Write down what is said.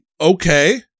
Okay